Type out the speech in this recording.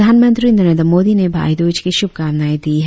प्रधानमंत्री नरेंद्र मोदी ने भाई द्रज की श्रभकामनाएं दी है